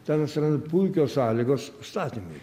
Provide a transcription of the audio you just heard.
ten atsiranda puikios sąlygos statymui